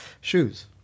Shoes